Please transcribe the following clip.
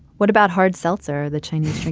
what about hard seltzer? the chinese